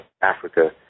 Africa